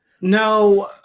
No